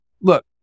look